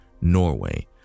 Norway